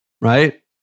right